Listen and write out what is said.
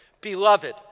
Beloved